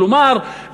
כלומר,